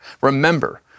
Remember